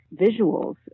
visuals